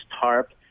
TARP